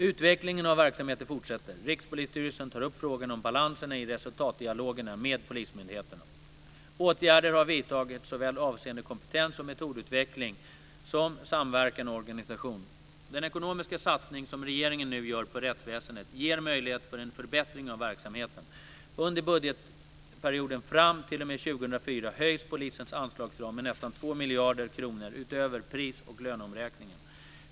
Utvecklingen av verksamheten fortsätter. Rikspolisstyrelsen tar upp frågan om balanserna i resultatdialoger med polismyndigheterna. Åtgärder har vidtagits såväl avseende kompetens och metodutveckling som samverkan och organisation. Den ekonomiska satsning som regeringen nu gör på rättsväsendet ger möjligheter för en förbättring av verksamheten. Under budgetperioden fram t.o.m. 2004 höjs polisens anslagsram med nästan 2 miljarder kronor utöver pris och löneomräkningen.